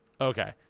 Okay